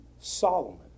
Solomon